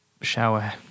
shower